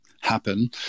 happen